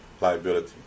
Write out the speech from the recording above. liability